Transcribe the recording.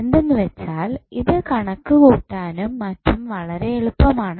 എന്തെന്നുവെച്ചാൽ ഇത് കണക്കു കൂട്ടാനും മറ്റും വളരെ എളുപ്പമാണ്